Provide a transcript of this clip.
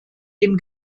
dem